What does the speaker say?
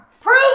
Prove